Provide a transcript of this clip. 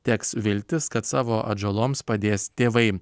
teks viltis kad savo atžaloms padės tėvai